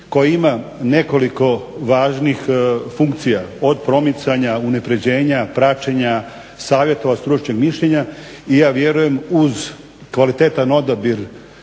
koje ima nekoliko važnih funkcija od promicanja, unaprjeđenja, praćenja, savjeta, stručnih mišljenja. I ja vjerujem uz kvalitetan odabir